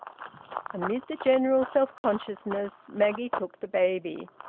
amid the general self-consciousness maggie took the baby,